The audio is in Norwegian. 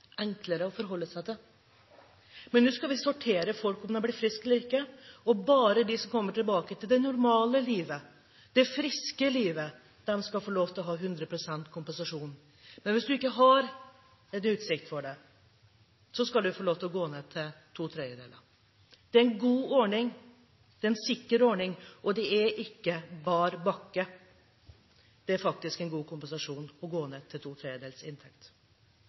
enklere å forholde seg til. Nå skal vi sortere folk etter om de blir friske eller ikke, og bare de som kommer tilbake til det «normale» livet, det friske livet, skal få lov til å ha 100 pst. kompensasjon. Hvis man ikke har utsikt til det, skal man få lov til å gå ned til to tredjedeler. Det er en god ordning. Det er en sikker ordning. Det er ikke bar bakke. Det er faktisk en god kompensasjon å gå ned til to tredjedels inntekt.